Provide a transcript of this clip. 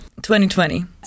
2020